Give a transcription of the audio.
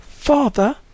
Father